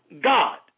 God